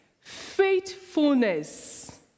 faithfulness